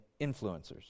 influencers